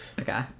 okay